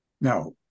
Now